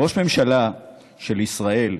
ראש ממשלה של ישראל,